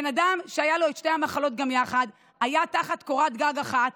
בן אדם שהיו לו שתי המחלות גם יחד היה תחת קורת גג אחת,